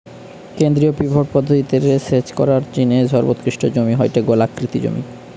কেন্দ্রীয় পিভট পদ্ধতি রে সেচ করার জিনে সর্বোৎকৃষ্ট জমি হয়ঠে গোলাকৃতি জমি